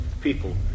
people